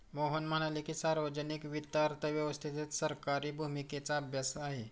मोहन म्हणाले की, सार्वजनिक वित्त अर्थव्यवस्थेत सरकारी भूमिकेचा अभ्यास आहे